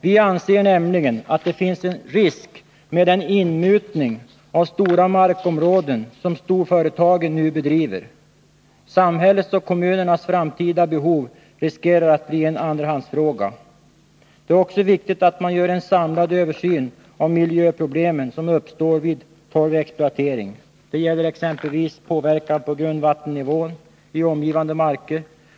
Vi anser nämligen att det finns en risk med den inmutning av stora markområden som storföretagen nu bedriver. Samhällets och kommunernas framtida behov riskerar därmed att bli en andrahandsfråga. Det är också viktigt att man gör en samlad översyn av miljöproblemen som uppstår vid torvexploatering. Det gäller exempelvis påverkan på grundvattennivån i omgivande marker.